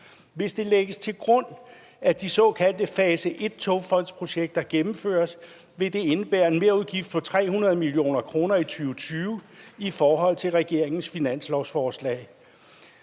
Hvis det lægges til grund, at de såkaldte fase 1-togfondsprojekter gennemføres, vil det indebære en merudgift på 300 mio. kr. i 2020 i forhold til regeringens finanslovsforslag.